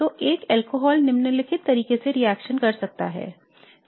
तो एक अल्कोहल निम्नलिखित तरीके से रिएक्शन कर सकता है